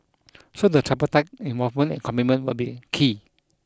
so the tripartite involvement and commitment will be key